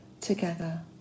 together